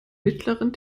mittleren